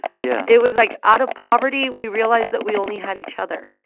yeah it was like, out of poverty, we realized that we only had each other.